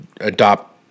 adopt